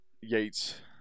Yates